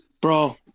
Bro